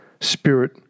spirit